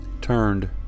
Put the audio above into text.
turned